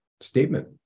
statement